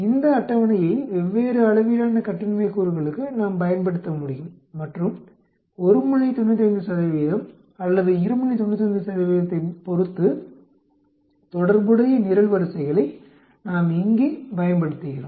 இந்த அட்டவணையை வெவ்வேறு அளவிலான கட்டின்மை கூறுகளுக்கு நாம் பயன்படுத்த முடியும் மற்றும் ஒருமுனை 95 அல்லது இருமுனை 95 ஐப் பொறுத்து தொடர்புடைய நிரல்வரிசைகளை நாம் இங்கே பயன்படுத்துகிறோம்